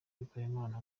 bikorimana